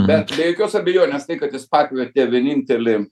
bet be jokios abejonės tai kad jis pakvietė vienintelį